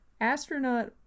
Astronaut